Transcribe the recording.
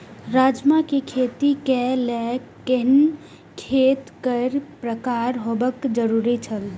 राजमा के खेती के लेल केहेन खेत केय प्रकार होबाक जरुरी छल?